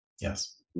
Yes